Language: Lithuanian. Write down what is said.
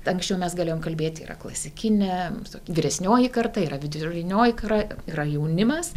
anksčiau mes galėjom kalbėti yra klasikinė tok vyresnioji karta yra vidurinioji kra yra jaunimas